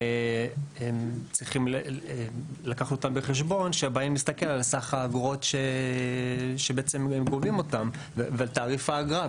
צריך לקחת בחשבון כשמסתכלים על סך האגרות שגובים ועל תעריף האגרה,